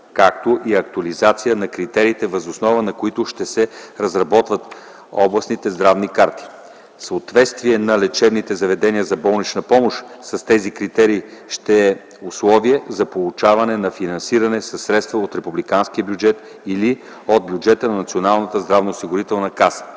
както и актуализация на критериите, въз основа на които ще се разработват областните здравни карти. Съответствието на лечебните заведения за болнична помощ с тези критерии ще е условие за получаване на финансиране със средства от републиканския бюджет или от бюджета на Националната здравноосигурителна каса.